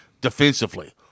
defensively